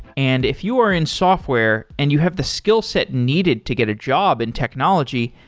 and if you are in software and you have the skillset needed to get a job in technology,